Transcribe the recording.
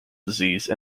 disease